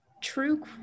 true